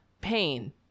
pain